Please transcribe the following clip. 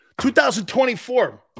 2024